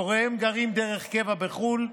שהוריהם גרים דרך קבע בחו"ל,